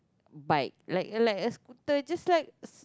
bike like like a scooter just like